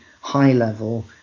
high-level